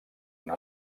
una